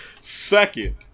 Second